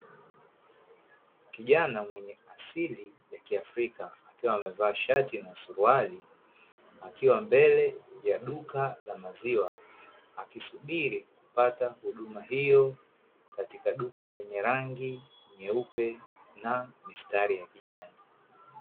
Kijana mwenye asili ya kiafrika, akiwa amevaa shati na suruali, akiwa mbele ya duka la maziwa, akisubiri kupata huduma hiyo katika duka lenye rangi nyeupe na mistari ya kijani.